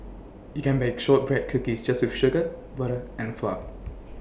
you can bake Shortbread Cookies just with sugar butter and flour